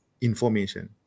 information